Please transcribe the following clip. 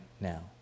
now